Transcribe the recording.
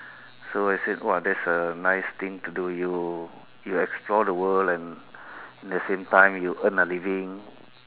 so I said !wah! that's a nice thing to do you you explore the world and at the same time you earn a living